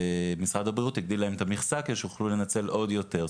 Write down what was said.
משרד הבריאות הגדיל להם את המכסה כדי שיוכלו לנצל עוד יותר,